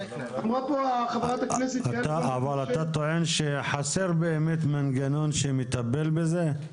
אתה טוען שחסר באמת מנגנון שמטפל בזה?